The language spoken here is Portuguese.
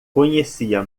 conhecia